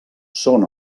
són